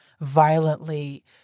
violently